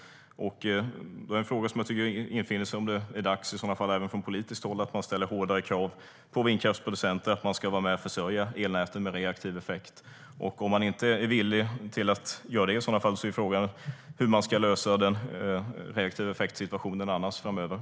En fråga som infinner sig är om det inte i så fall är dags att även från politiskt håll ställa hårdare krav på vindkraftsproducenterna, att de ska vara med och försörja elnäten med reaktiv effekt. Om man inte är villig att göra det är frågan hur man annars ska lösa den reaktiva effektsituationen framöver.